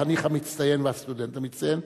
החניך המצטיין והסטודנט המצטיין,